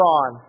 on